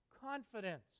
confidence